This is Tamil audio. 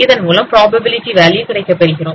இதன் மூலம் புரோபாபிலிடி வேல்யூ கிடைக்கப் பெறுகிறோம்